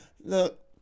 look